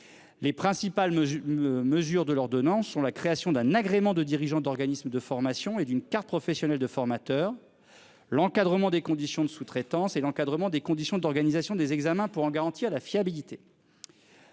Les principales mesures. Mesures de l'ordonnance sur la création d'un agrément de dirigeants d'organismes de formation et d'une carte professionnelle de formateur. L'encadrement des conditions de sous-traitance et l'encadrement des conditions d'organisation des examens pour en garantir la fiabilité.